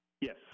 Yes